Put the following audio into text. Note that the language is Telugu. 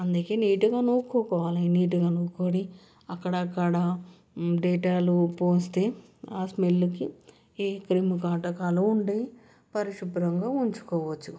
అందుకే నీటుగా నూకుకోలి నీటుగా నుక్కొని అక్కడక్కడ డెటాల్ పోస్తే ఆ స్మెల్కి ఏ క్రిమి కీటకాలు ఉండవు పరిశుభ్రంగా ఉంచుకోవచ్చు